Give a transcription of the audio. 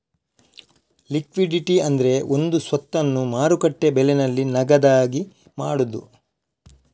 liquidity ಅಂದ್ರೆ ಒಂದು ಸ್ವತ್ತನ್ನ ಮಾರುಕಟ್ಟೆ ಬೆಲೆನಲ್ಲಿ ನಗದಾಗಿ ಮಾಡುದು